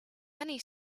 many